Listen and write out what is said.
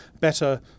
better